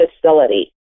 facility